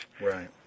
Right